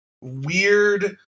weird